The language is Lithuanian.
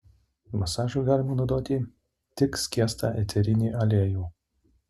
masažui galima naudoti tik skiestą eterinį aliejų